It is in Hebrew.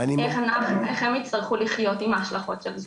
איך הם יצטרכו לחיות עם ההשלכות של זה.